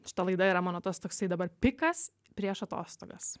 šita laida yra mano tas toksai dabar pikas prieš atostogas